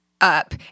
up